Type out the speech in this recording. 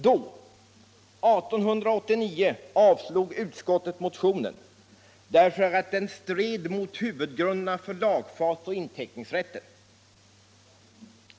Då — 1889 — avstyrkte utskottet motionen därför att den stred mot huvudgrunderna för lagfartsoch inteckningsrätten.